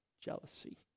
jealousy